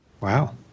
Wow